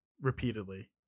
repeatedly